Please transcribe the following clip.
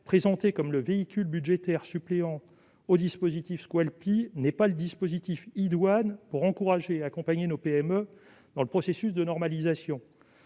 présenté comme le véhicule budgétaire suppléant à ce dernier, n'est pas le dispositif idoine pour encourager et accompagner nos PME dans le processus de normalisation.